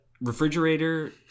refrigerator